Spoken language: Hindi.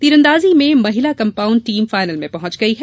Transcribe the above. तीरदांजी में महिला कम्पाउंड टीम फायनल में पहुंच गयी है